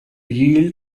yield